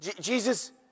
Jesus